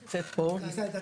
ונמצאת פה --- אור